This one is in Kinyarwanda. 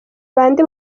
bande